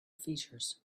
features